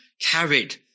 carried